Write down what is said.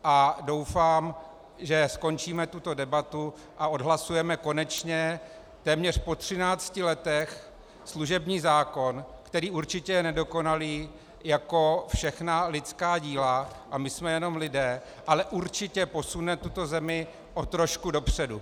A doufám, že skončíme tuto debatu a odhlasujeme konečně téměř po třinácti letech služební zákon, který je určitě nedokonalý jako všechna lidská díla, a my jsme jenom lidé, ale určitě posune tuto zemi o trošku dopředu.